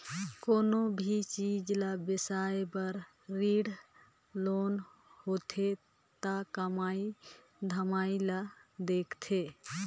कोनो भी चीच ल बिसाए बर रीन लेना होथे त कमई धमई ल देखथें